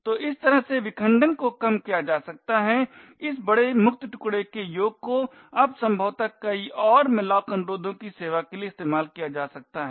तो इस तरह से विखंडन को कम किया जा सकता है इस बड़े मुक्त टुकडे के योग को अब संभवतः कई और malloc अनुरोधों की सेवा के लिए इस्तेमाल किया जा सकता है